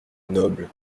noble